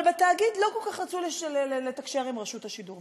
אבל בתאגיד לא כל כך רצו לתקשר עם רשות השידור,